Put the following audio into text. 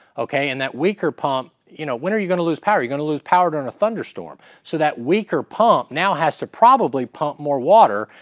okay? and that weaker pump. you know, when are you going to lose power? you're going to lose power during a thunderstorm. so that weaker pump now has to probably pump more water,